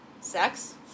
sex